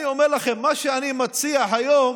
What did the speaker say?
אני אומר לכם: מה שאני מציע היום